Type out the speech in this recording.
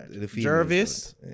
Jervis